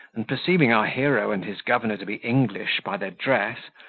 and perceiving our hero and his governor to be english by their dress,